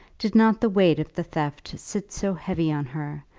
did not the weight of the theft sit so heavy on her,